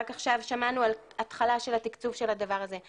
רק עכשיו שמענו על התחלה של התקצוב של הדבר הזה.